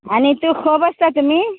आनी तूं खंय बसता तुमी